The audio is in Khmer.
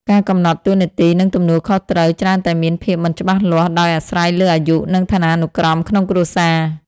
ការកំណត់តួនាទី និងទំនួលខុសត្រូវច្រើនតែមានភាពមិនច្បាស់លាស់ ដោយអាស្រ័យលើអាយុ និងឋានានុក្រមក្នុងគ្រួសារ។